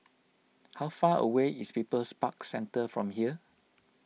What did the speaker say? how far away is People's Park Centre from here